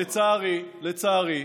לצערי,